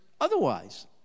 Otherwise